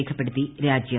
രേഖപ്പെടുത്തി രാജ്യം